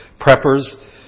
preppers